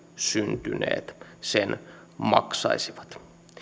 syntyneet sen maksaisivat